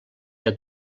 que